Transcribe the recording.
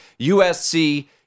USC